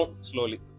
slowly